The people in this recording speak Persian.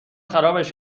خرابش